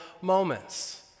moments